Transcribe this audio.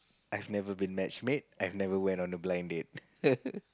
I've never been match made I've never when on a blind date